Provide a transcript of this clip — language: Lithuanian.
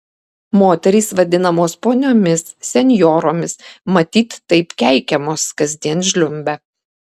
moterys vadinamos poniomis senjoromis matyt taip keikiamos kasdien žliumbia